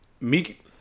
Meek